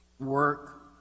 work